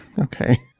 Okay